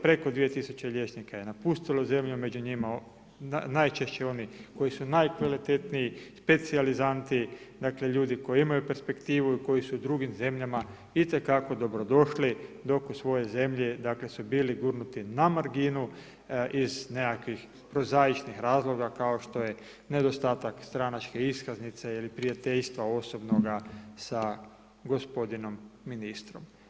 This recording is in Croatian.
Preko 2000 liječnika je napustilo zemlju, među njima najčešće oni koji su najkvalitetniji, specijalizanti, dakle ljudi koji imaju perspektivu, koji su u drugim zemljama i te kako dobro došli dok u svojoj zemlji dakle su bili gurnuti na marginu iz nekakvih prozaičnih razloga kao što je nedostatak stranačke iskaznice ili prijateljstva osobnoga sa gospodinom Ministrom.